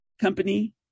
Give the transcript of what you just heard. Company